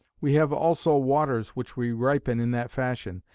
we have also waters which we ripen in that fashion,